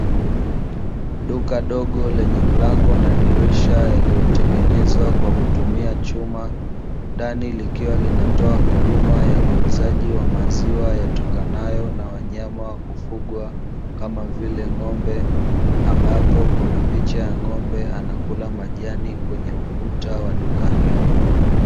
Duka dogo lenye mlango na dirisha yaliyotengenezwa kwa kutumia chuma, ndani likiwa linatoa huduma ya uuzaji wa maziwa yatokanayo na wanyama wa kufugwa kama vile ng'ombe, ambapo kuna picha ya ng'ombe anakula majani kwenye ukuta wa duka hilo.